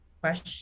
question